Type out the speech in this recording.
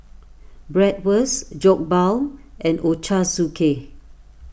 Bratwurst Jokbal and Ochazuke